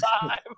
time